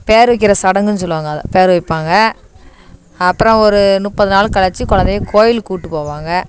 பெயரு வைக்கின்ற சடங்குன்னு சொல்லுவாங்க அதை பெயர் வைப்பாங்க அப்புறம் ஒரு முப்பது நாள் கழிச்சி குழந்தைய கோவிலுக்கு கூப்பிட்டுப்போவாங்க